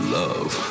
love